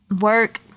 work